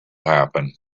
happen